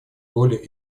более